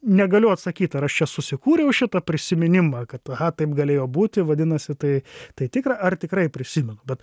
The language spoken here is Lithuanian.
negaliu atsakyt ar aš čia susikūriau šitą prisiminimą kad taip galėjo būti vadinasi tai tai tikra ar tikrai prisimenu bet